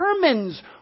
determines